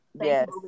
Yes